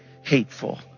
hateful